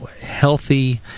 healthy